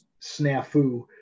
snafu